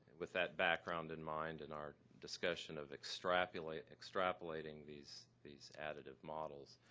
with that background in mind and our discussion of extrapolating extrapolating these these additive models,